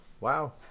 Wow